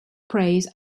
praise